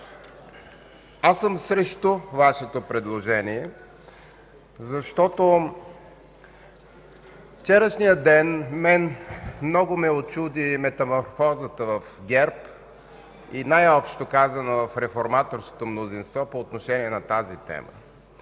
Аз съм срещу Вашето предложение, защото вчерашният ден мен много ме учуди метаморфозата в ГЕРБ и най-общо казано в реформаторското мнозинство по отношение на тази тема.